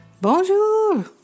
Bonjour